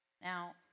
Now